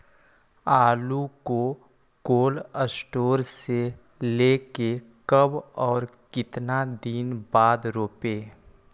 आलु को cold store से ले के कब और कितना दिन बाद रोपे?